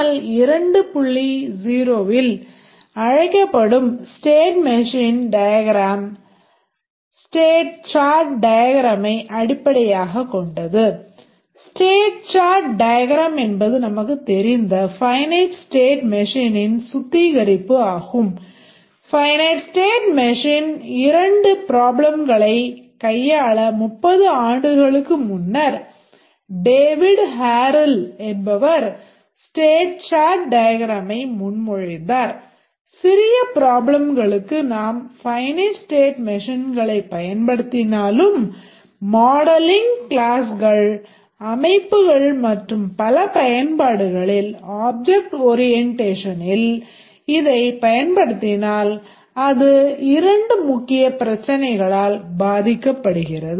0 இல் அழைக்கப்படும் state machine diagram அமைப்புகள் மற்றும் பல பயன்பாடுகளில் ஆப்ஜக்ட் ஒரியெண்ட்யேஷனில் இதைப் பயன்படுத்தினால் அது இரண்டு முக்கியப் பிரச்சினைகளால் பாதிக்கப்படுகிறது